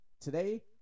Today